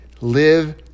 Live